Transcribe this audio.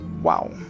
Wow